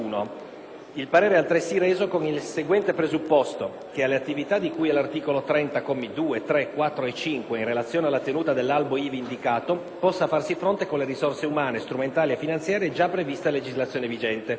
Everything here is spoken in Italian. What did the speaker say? Il parere è altresì reso con il seguente presupposto: - che alle attività di cui all'articolo 30, commi 2, 3, 4 e 5, in relazione alla tenuta dell'Albo ivi indicato, possa farsi fronte con le risorse umane, strumentali e finanziarie già previste a legislazione vigente.